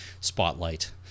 spotlight